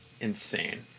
insane